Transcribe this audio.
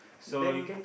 then